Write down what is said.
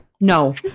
No